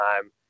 time